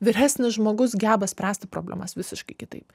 vyresnis žmogus geba spręsti problemas visiškai kitaip